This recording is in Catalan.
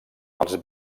als